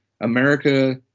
America